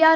R